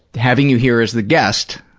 having you here as the guest,